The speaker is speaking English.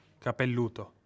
capelluto